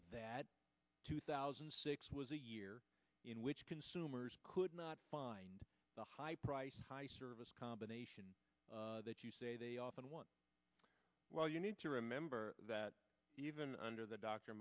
that two thousand and six was a year in which consumers could not find the high priced high service combination that you say they often want well you need to remember that even under the d